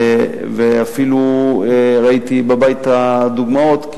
ואפילו ראיתי בבית את הדוגמאות,